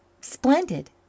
splendid